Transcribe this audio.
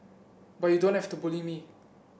but you don't have to bully me